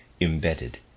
embedded